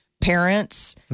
parents